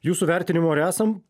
jūsų vertinimu ar esam